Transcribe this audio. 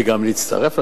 וגם להצטרף לממשלה.